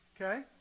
Okay